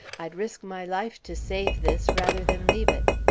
i'd risk my life to save this, rather than leave it!